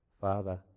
Father